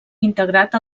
integrat